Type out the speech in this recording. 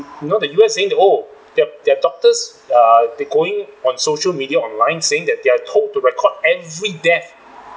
you know the U_S saying oh their their doctors err they going on social media online saying that they are told to record every death